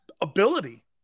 ability